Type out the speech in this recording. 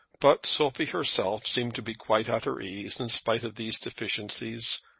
but sophie herself seemed to be quite at her ease in spite of these deficiencies,